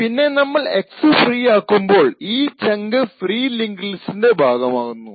പിന്നെ നമ്മൾ X free ആക്കുമ്പോൾ ഈ ചങ്ക് ഫ്രീ ലിങ്ക്ഡ് ലിസ്റ്റിന്റെ ഭാഗമാകുന്നു